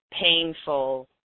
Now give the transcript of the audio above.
painful